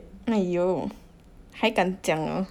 !aiyo! 还敢讲